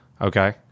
Okay